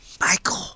Michael